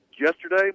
yesterday